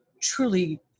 truly